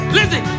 Listen